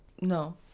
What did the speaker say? No